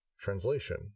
Translation